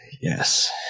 Yes